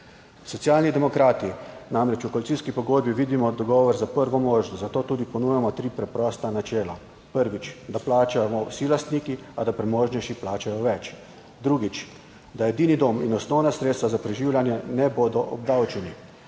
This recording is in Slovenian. Socialni demokrati namreč v koalicijski pogodbi vidimo dogovor za prvo možnost, zato tudi ponujamo tri preprosta načela. Prvič, da plačamo vsi lastniki, a da premožnejši plačajo več. Drugič, da edino dom in osnovna sredstva za preživljanje ne bodo obdavčeni.